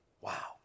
Wow